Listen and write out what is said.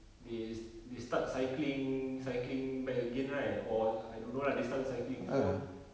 they st~ they start cycling cycling back again right or I don't know lah they start to cycling so